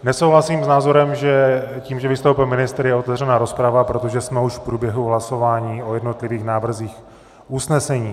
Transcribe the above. Nesouhlasím s názorem, že tím, že vystoupil ministr, je otevřena rozprava, protože jsme už v průběhu hlasování o jednotlivých návrzích usnesení.